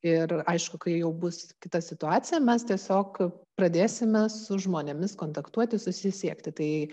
ir aišku kai jau bus kita situacija mes tiesiog pradėsime su žmonėmis kontaktuoti susisiekti tai